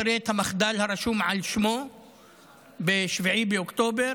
תראה את המחדל הרשום על שמו ב-7 באוקטובר,